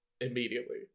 immediately